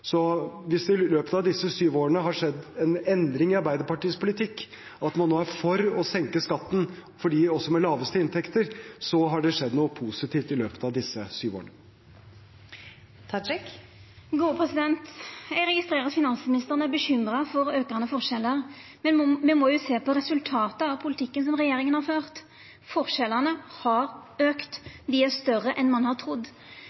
Så hvis det i løpet av disse syv årene har skjedd en endring i Arbeiderpartiets politikk, og man nå er for å senke skatten for dem med de laveste inntektene, har det skjedd noe positivt i løpet av disse syv årene. Eg registrerer at finansministeren er bekymra for aukande forskjellar. Me må jo sjå på resultatet av politikken som regjeringa har ført. Forskjellane har auka, dei er større enn ein har